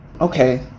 Okay